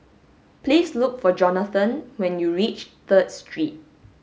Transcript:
please look for Johnathan when you reach Third Street